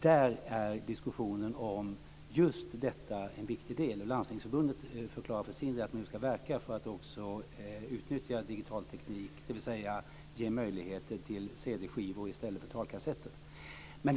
Där är diskussionen om just detta en viktig del. Landstingsförbundet förklara för sin del att man ska verka för att utnyttja digital teknik, dvs. ge möjligheter till cd-skivor i stället för talkassetter.